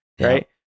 right